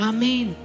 Amen